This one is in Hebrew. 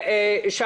להמשיך?